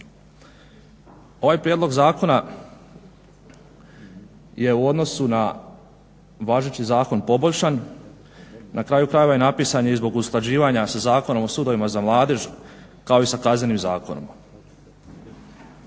Ovaj prijedlog zakona je u odnosu na važeći zakon poboljšan. Na kraju krajeva i napisan je zbog usklađivanja sa Zakonom o sudovima za mladež kao i sa Kaznenim zakonom.